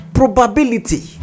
Probability